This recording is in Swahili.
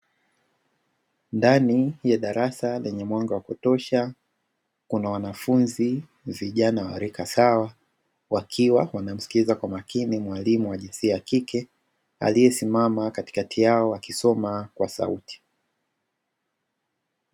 Ndani ya darasa lenye mwanga wa kutosha kuna wanafunzi vijana wa rika sawa wakiwa wanamsikiliza kwa makini mwalimu wa jinsia ya kike akiwa amesimama akisoma kwa sauti.